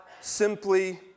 simply